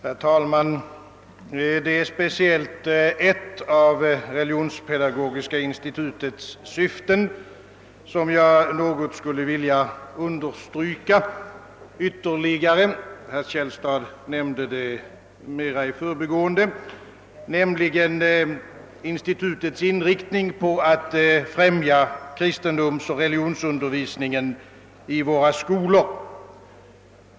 Herr talman! Det är speciellt ett av Religionspedagogiska institutets syften som jag ytterligare skulle vilja understryka — herr Källstad nämnde det mera i förbigående — nämligen dess inriktning på att främja kristendomsoch religionsundervisningen i våra skolor.